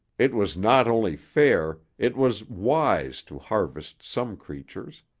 it was not only fair, it was wise to harvest some creatures.